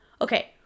Okay